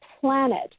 planet